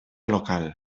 local